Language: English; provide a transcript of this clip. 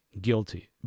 guilty